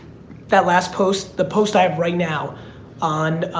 that last post, the post i have right now on